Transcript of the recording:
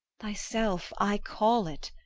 thyself i call it,